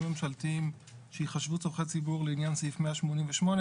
ממשלתיים שיחשבו צרכי ציבור לעניין סעיף 188,